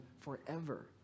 forever